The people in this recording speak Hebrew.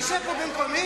כשתשב פה במקומי,